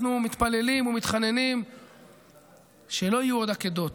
אנחנו מתפללים ומתחננים שלא יהיו עוד עקדות,